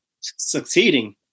succeeding